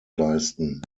leisten